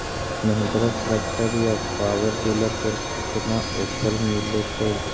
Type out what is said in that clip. Mahindra tractor या power dealer पर कितना ओफर मीलेतय?